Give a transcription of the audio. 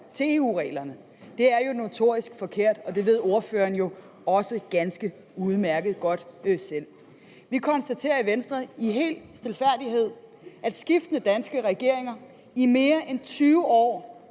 til EU-reglerne. Det er jo notorisk forkert, og det ved ordføreren også ganske udmærket. Vi konstaterer i Venstre i al stilfærdighed, at skiftende danske regeringer i mere end 20 år